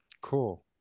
Cool